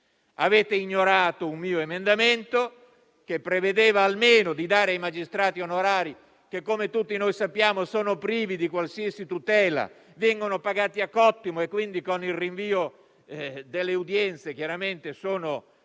Avete ignorato un mio emendamento relativo ai magistrati onorari, che, come tutti sappiamo, sono privi di qualsiasi tutela, vengono pagati a cottimo e quindi con il rinvio delle udienze chiaramente sono